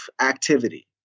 activity